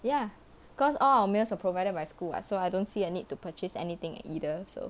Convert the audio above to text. ya cause all our meals are provided by school [what] so I don't see a need to purchase anything either so